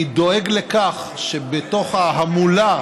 אני דואג לכך שבתוך ההמולה,